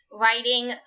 writing